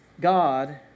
God